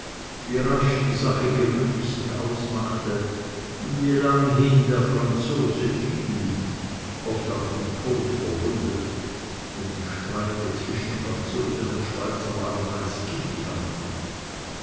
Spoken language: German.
wie rasch die sache gewöhnlich sich ausmachte und wie lang hin der franzose fiel oft auf den tod verwundet denn die streite zwischen franzosen und schweizern waren meist giftiger natur